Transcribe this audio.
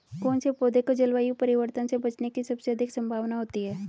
कौन से पौधे को जलवायु परिवर्तन से बचने की सबसे अधिक संभावना होती है?